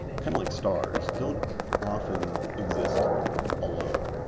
kind of like stars, don't often exist alone.